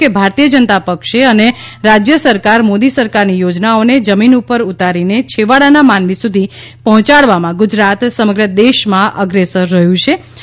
કે ભારતીય જનતાં પક્ષે અને રાજ્ય સરકાર મોદી સરકારની યોજનાઓને જમીન પર ઉતારીને છેવાળાંનાં માનવી સુધી પહોંચાડવામાં ગુજરાત સમગ્ર દેશમાં અગ્રેસર રહ્યું છેં